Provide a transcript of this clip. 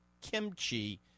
kimchi